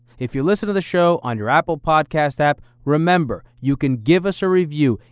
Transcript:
if you listen to the show on your apple podcast app, remember you can give us a review.